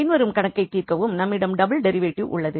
பின்வரும் கணக்கை தீர்க்கவும் நம்மிடம் டபுள் டெரிவேட்டிவ் உள்ளது